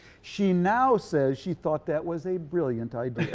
she now says she thought that was a brilliant idea.